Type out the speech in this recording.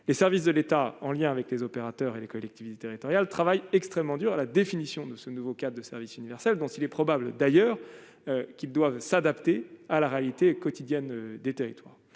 les services de l'État, en lien avec les opérateurs et les collectivités territoriales travaillent extrêmement dur à la définition de ce nouveau cas de service universel dont il est probable d'ailleurs qui doivent s'adapter à la réalité quotidienne des territoires,